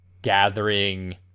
gathering